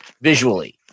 visually